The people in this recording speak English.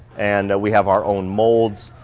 and we have our own molds.